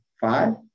five